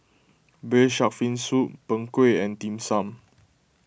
Braised Shark Fin Soup Png Kueh and Dim Sum